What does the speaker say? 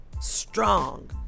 strong